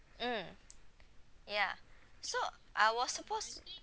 mm yeah so I was suppose